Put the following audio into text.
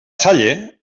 salle